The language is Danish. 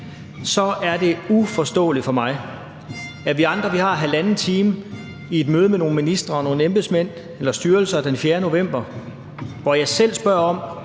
Så er det uforståeligt for mig, at vi andre har halvanden time i et møde med nogle ministre og nogle embedsmænd, nogle styrelser, den 4. november, hvor jeg selv spørger, om